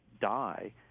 die